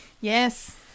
Yes